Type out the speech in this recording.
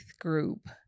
group